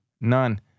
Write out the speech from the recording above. none